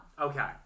Okay